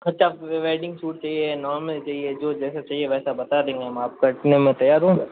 ख़र्च wedding shoot चाहिए normal चाहिए जो जैसा चाहिए वैसा बता देंगे हम आपको आप इतने में तैयार हो ना